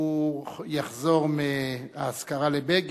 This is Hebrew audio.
הוא יחזור מהאזכרה לבגין,